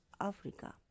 Africa